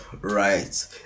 right